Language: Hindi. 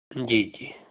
जी जी